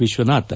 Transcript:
Vishwanath